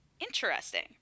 interesting